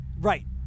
Right